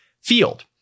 field